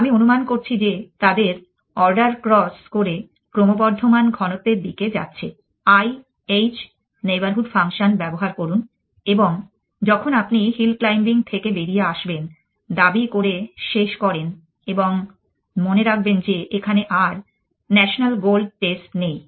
আমি অনুমান করছি যে তাদের অর্ডার ক্রস করে ক্রমবর্ধমান ঘনত্বের দিকে যাচ্ছে i h নেইবরহুড ফাংশন ব্যবহার করুন এবং যখন আপনি হিল ক্লাইম্বিং থেকে বেরিয়ে আসবেন দাবি করে শেষ করেন তখন মনে রাখবেন যে এখানে আর নেশনাল গোল্ড টেস্ট নেই